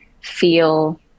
feel